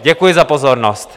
Děkuji za pozornost.